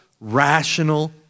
rational